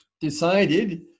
decided